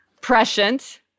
prescient